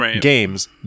Games